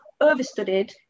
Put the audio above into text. overstudied